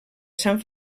sant